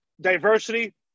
diversity